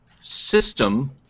system